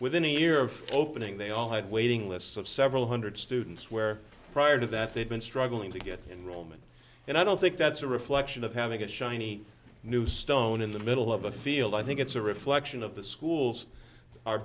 within a year of opening they all had waiting lists of several hundred students where prior to that they've been struggling to get in roman and i don't think that's a reflection of having a shiny new stone in the middle of a field i think it's a reflection of the schools are